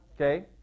Okay